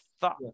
thought